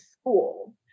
school